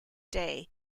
day